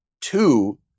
two